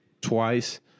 twice